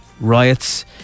riots